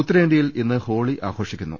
ഉത്തരേന്ത്യയിൽ ഇന്ന് ഹോളി ആഘോഷിക്കുന്നു